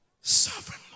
sovereign